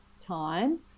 time